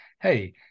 hey